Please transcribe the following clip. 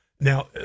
now